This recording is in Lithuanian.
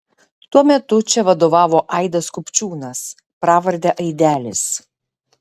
tuo metu čia vadovavo aidas kupčiūnas pravarde aidelis